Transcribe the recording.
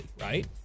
right